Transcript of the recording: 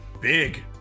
big